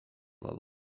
level